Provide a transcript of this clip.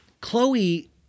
Chloe